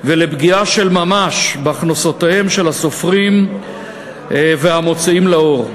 ולפגיעה של ממש בהכנסותיהם של הסופרים והמוציאים לאור.